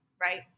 right